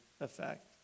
effect